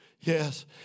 yes